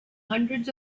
hundreds